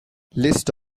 list